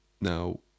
now